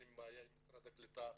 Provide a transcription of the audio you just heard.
אין לי בעיה עם משרד הקליטה,